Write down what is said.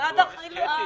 משרד החקלאות.